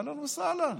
אהלן וסהלן.